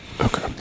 Okay